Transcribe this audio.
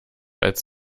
als